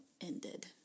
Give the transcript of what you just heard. Ended